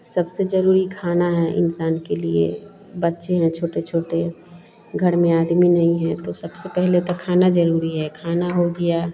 सबसे ज़रूरी खाना है इंसान के लिए बच्चे हैं छोटे छोटे घर में आदमी नहीं है तो सबसे पहले तो खाना ज़रूरी है खाना हो गया